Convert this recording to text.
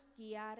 guiar